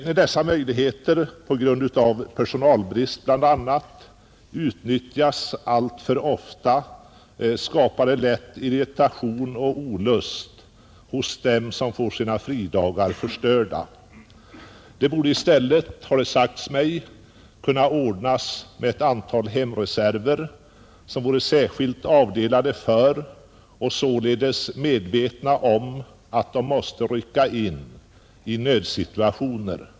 Då dessa möjligheter på grund av bl.a. personalbrist utnyttjas alltför ofta, skapar det lätt irritation och olust hos dem som får sina fridagar förstörda. Det borde i stället, har det sagts mig, kunna ordnas med ett antal hemreserver, som vore särskilt avdelade och således medvetna om att de i nödsituationer måste rycka in.